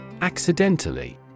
Accidentally